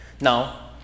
Now